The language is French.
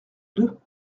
deux